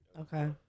Okay